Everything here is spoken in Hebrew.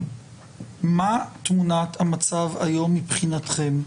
מה תמונת המצב היום מבחינתכם?